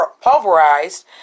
pulverized